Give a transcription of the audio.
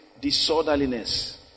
disorderliness